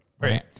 Right